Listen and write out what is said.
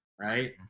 right